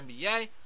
NBA